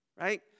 right